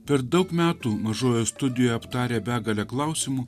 per daug metų mažojoje studijoje aptarę begalę klausimų